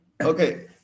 Okay